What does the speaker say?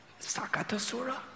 Sakatasura